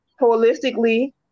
holistically